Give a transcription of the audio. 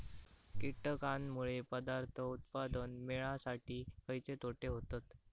कीटकांनमुळे पदार्थ उत्पादन मिळासाठी खयचे तोटे होतत?